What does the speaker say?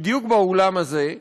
בדיוק באולם הזה,